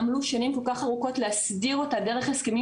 עמלו שנים ארוכות להסדיר אותה דרך הסכמים